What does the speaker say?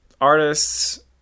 artists